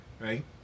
right